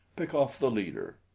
pick off the leader.